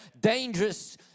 Dangerous